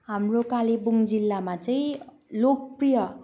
हाम्रो कालिम्पोङ जिल्लामाम चाहिँ लोकप्रिय